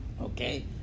Okay